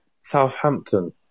Southampton